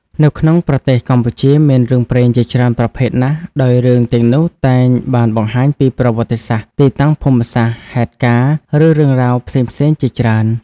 នៅក្នុងប្រទេសកម្ពុជា មានរឿងព្រេងជាច្រើនប្រភេទណាស់ ដោយរឿងទាំងនោះតែងបានបង្ហាញពី ប្រវត្តិសាស្រ្ដ ទីតាំងភូមិសាស្រ្ដ ហេតុការណ៍ ឬរឿងរ៉ាវផ្សេងៗជាច្រើន។